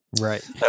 Right